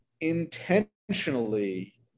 intentionally